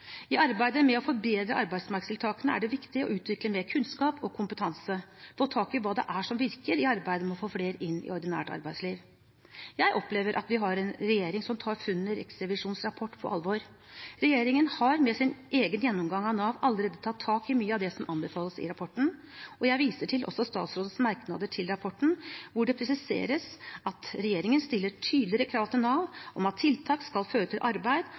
I arbeidet med å forbedre arbeidsmarkedstiltakene er det viktig å utvikle mer kunnskap og kompetanse, få tak i hva det er som virker i arbeidet med å få flere inn i ordinært arbeidsliv. Jeg opplever at vi har en regjering som tar funnene i Riksrevisjonens rapport på alvor. Regjeringen har med sin egen gjennomgang av Nav allerede tatt tak i mye av det som anbefales i rapporten, og jeg viser også til statsrådens merknader til rapporten, hvor det presiseres at regjeringen stiller tydeligere krav til Nav om at tiltak skal føre til arbeid,